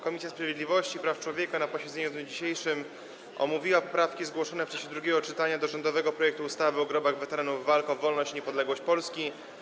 Komisja Sprawiedliwości i Praw Człowieka na dzisiejszym posiedzeniu omówiła poprawki zgłoszone w czasie drugiego czytania do rządowego projektu ustawy o grobach weteranów walk o wolność i niepodległość Polski.